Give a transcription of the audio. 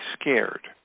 scared